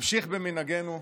נמשיך במנהגנו,